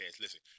Listen